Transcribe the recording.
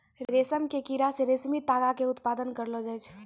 रेशम के कीड़ा से रेशमी तागा के उत्पादन करलो जाय छै